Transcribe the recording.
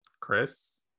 Chris